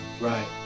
Right